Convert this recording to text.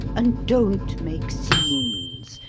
and don't make scenes,